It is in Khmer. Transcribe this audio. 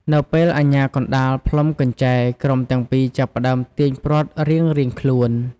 នៅពេលអាជ្ញាកណ្ដាលផ្លុំកញ្ចែ ក្រុមទាំងពីរចាប់ផ្ដើមទាញព្រ័ត្ររៀងៗខ្លួន។